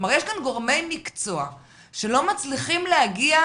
יש כאן גורמי מקצוע שלא מצליחים להגיע